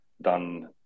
Done